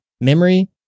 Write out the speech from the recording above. memory